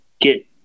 get